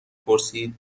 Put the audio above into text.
پرسید